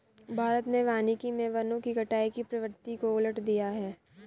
भारत में वानिकी मे वनों की कटाई की प्रवृत्ति को उलट दिया है